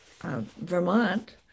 Vermont